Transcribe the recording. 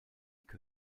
que